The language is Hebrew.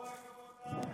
כל הכבוד, תמי,